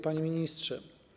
Panie Ministrze!